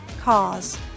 cause